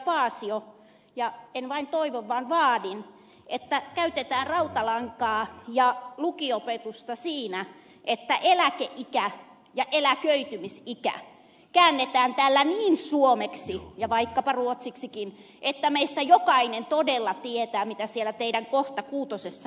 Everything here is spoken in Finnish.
paasio ja en vain toivo vaan vaadin että ennen äänestystä käytetään rautalankaa ja lukiopetusta siinä että eläkeikä ja eläköitymisikä käännetään täällä niin suomeksi ja vaikkapa ruotsiksikin että meistä jokainen todella tietää mitä siellä teidän kohta kuutosessanne lukee